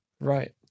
right